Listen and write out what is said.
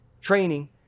training